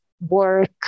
work